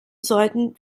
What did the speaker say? sollten